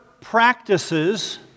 practices